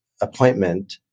appointment